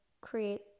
create